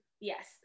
Yes